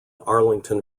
arlington